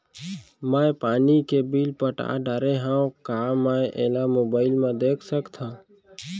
मैं पानी के बिल पटा डारे हव का मैं एला मोबाइल म देख सकथव?